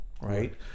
Right